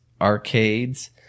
arcades